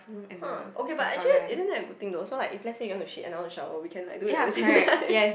!huh! okay but actually isn't it a good thing though so like if let's say you want to shit and I want to shower we can like do it at the same time